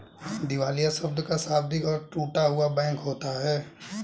दिवालिया शब्द का शाब्दिक अर्थ टूटा हुआ बैंक होता है